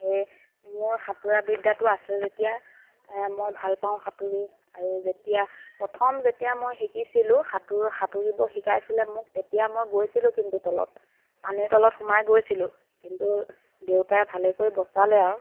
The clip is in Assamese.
সেয়ে মোৰ সাঁতোৰাবিদ্যাটো আছে যেতিয়া মই ভাল পাওঁ সাঁতুৰি আৰু যেতিয়া প্ৰথম যেতিয়া মই শিকিছিলোঁ সাঁতোৰ সাঁতুৰিব শিকাইছিলে মোক তেতিয়া মই গৈছিলোঁ কিন্তু তলত পানীৰ তলত সোমাই গৈছিলোঁ কিন্তু দেউতাই ভালেকৈ বচালে আৰু